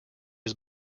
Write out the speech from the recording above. his